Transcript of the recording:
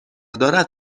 دارد